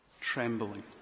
trembling